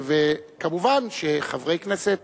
ומובן שחברי כנסת